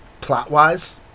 Plot-wise